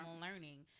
learning